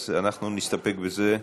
אז אנחנו נסתפק בזה.